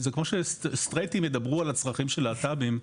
כמו שסטרייטים ידברו על הצרכים של להט"בים.